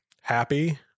happy